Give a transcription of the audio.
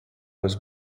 was